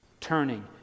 turning